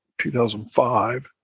2005